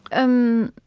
um,